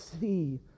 see